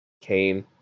Cain